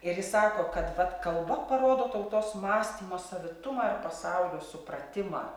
ir jis sako kad vat kalba parodo tautos mąstymo savitumą ir pasaulio supratimą